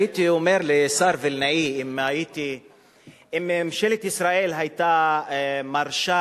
הייתי אומר לשר וילנאי: אם ממשלת ישראל היתה מרשה